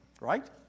right